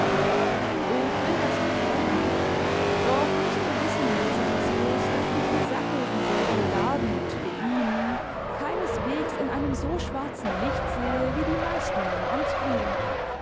ich will das nicht leugnen doch müßt ihr wissen vincentius daß ich die sache dieser begarden und beginen keineswegs in einem so schwarzen lichte sehe wie die meisten meiner amtsbrüder